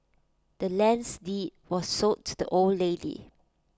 the land's deed was sold to the old lady